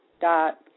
dot